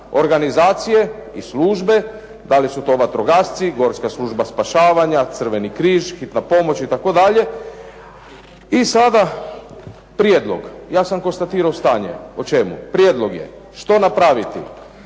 organizacije i službe, da li su to vatrogasci, gorska služba spašavanja, Crveni križ, hitna pomoć itd. I sada prijedlog. Ja sam konstatirao stanje. O čemu? Prijedlog je što napraviti?